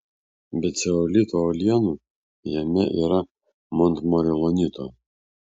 be ceolito uolienų jame yra montmorilonito